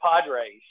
Padres